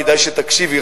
כדאי שתקשיבי,